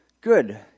Good